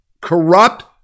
corrupt